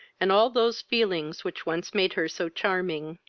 and all those feelings which once made her so charming.